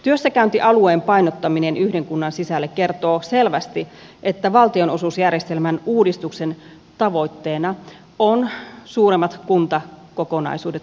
työssäkäyntialueen painottaminen yhden kunnan sisälle kertoo selvästi että valtionosuusjärjestelmän uudistuksen tavoitteena ovat suuremmat kuntakokonaisuudet kuntaliitokset